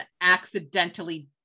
accidentally